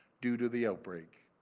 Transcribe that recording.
due to the outbreak.